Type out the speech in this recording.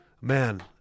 Man